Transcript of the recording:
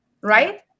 right